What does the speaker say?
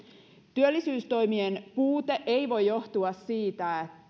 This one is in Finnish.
työllisyystoimien puute ei voi johtua siitä